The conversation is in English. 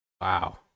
Wow